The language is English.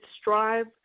Strive